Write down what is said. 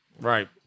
right